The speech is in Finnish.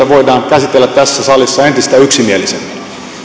voidaan käsitellä tässä salissa entistä yksimielisemmin